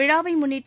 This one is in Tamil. விழாவைமுன்னிட்டு